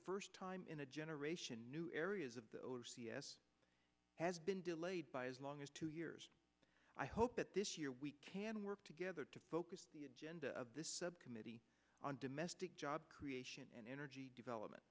first time in a generation new areas of the us has been delayed by as long as two years i hope that this year we can work together to focus the of this subcommittee on domestic job creation and energy development